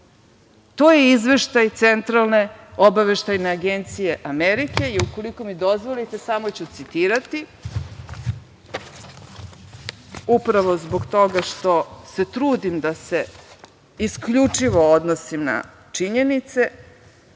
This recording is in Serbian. To je izveštaj Centralne obaveštajne agencije Amerike i ukoliko mi dozvolite samo ću citirati upravo zbog toga što se trudim da se isključivo odnosi na činjenice. Ovo